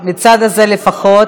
מהצד הזה לפחות.